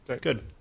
Good